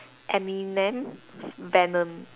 Eminem Venom